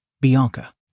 Bianca